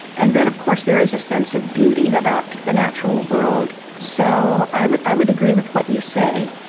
and then of course there is a sense of beauty about the natural world. so i would i would agree with what you say.